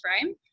frame